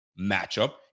matchup